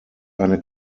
eine